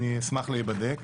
אשמח להיבדק.